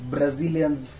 Brazilians